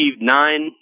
nine